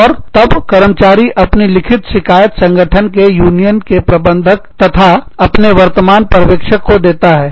और तब कर्मचारी अपनी लिखित शिकायत संगठन में यूनियन के प्रबंधक तथा अपने वर्तमान पर्यवेक्षक को देता है